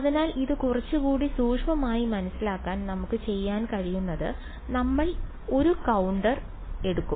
അതിനാൽ ഇത് കുറച്ചുകൂടി സൂക്ഷ്മമായി മനസ്സിലാക്കാൻ നമുക്ക് ചെയ്യാൻ കഴിയുന്നത് നമ്മൾ ഒരു കൌണ്ടർ എടുക്കും